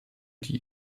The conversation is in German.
die